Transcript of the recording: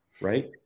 right